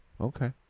Okay